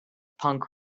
punk